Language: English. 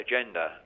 agenda